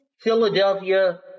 Philadelphia